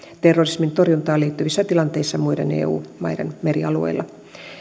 terrorismin torjuntaan liittyvissä tilanteissa muiden eu maiden merialueilla